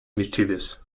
mischievous